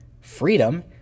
freedom